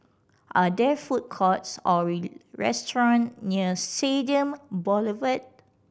are there food courts or restaurant near Stadium Boulevard